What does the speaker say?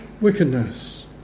wickedness